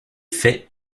fait